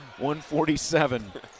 147